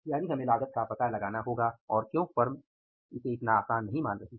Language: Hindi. यानि हमें लागत का पता लगाना होगा और क्यों फर्में इसे इतना आसान नहीं मान रहीं हैं